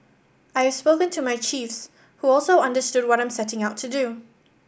I have spoken to my chiefs who also understood what I'm setting out to do